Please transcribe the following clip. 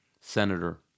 senator